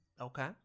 Okay